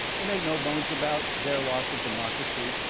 they make no bones about their loss of democracy